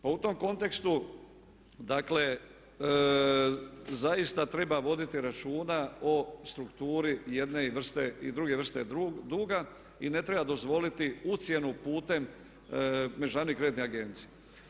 Pa u tom kontekstu, dakle zaista treba voditi računa o strukturi jedne vrste i druge vrste duga i ne treba dozvoliti ucjenu putem međunarodne kreditne agencije.